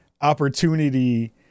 opportunity